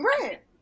Right